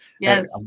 Yes